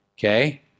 Okay